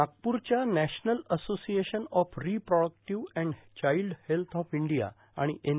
नागप्रच्या national association of reproductive and child health of India आणि N